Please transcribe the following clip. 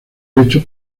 derecho